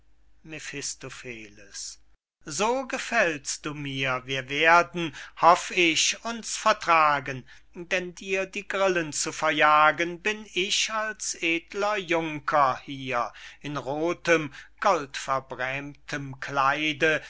so gefällst du mir wir werden hoff ich uns vertragen denn dir die grillen zu verjagen bin ich als edler junker hier in rothem goldverbrämten kleide